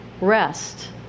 rest